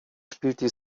spielte